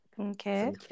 Okay